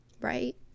Right